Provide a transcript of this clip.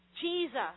Jesus